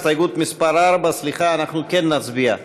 הסתייגות מס' 4, סליחה, אנחנו כן נצביע.